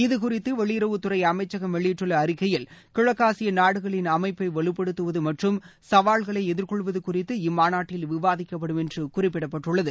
இது குறித்து வெளியுறவுத்துறை அமைச்சகம் வெளியிட்டுள்ள அறிக்கையில் கிழக்காசிய நாடுகளின் அமைப்பை வலுப்படுத்துவது மற்றும் சவால்களை எதிர்கொள்வது குறித்து மாநாட்டில் விவாதிக்கப்படும் என்று குறிப்பிடப்பட்டுள்ளது